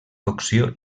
cocció